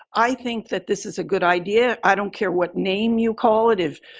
i think that this is a good idea. i don't care what name you call it if,